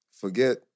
forget